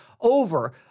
over